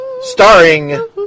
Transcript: Starring